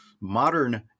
modern